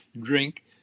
drink